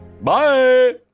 Bye